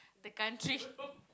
the country